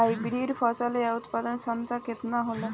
Hybrid फसल क उत्पादन क्षमता केतना होला?